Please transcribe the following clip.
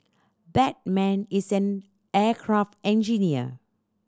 that man is an aircraft engineer